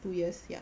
two years ya